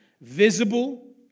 visible